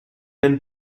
même